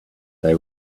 they